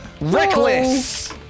Reckless